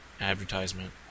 advertisement